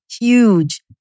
huge